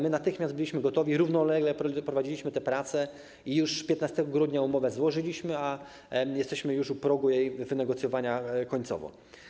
My natychmiast byliśmy gotowi, równolegle prowadziliśmy te prace i już 15 grudnia umowę złożyliśmy, a jesteśmy już u progu jej wynegocjowania końcowo.